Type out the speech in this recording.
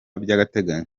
by’agateganyo